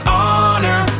honor